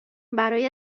برای